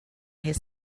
his